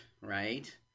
right